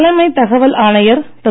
தலைமைத் தகவல் ஆணையர் திரு